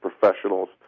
professionals